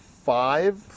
five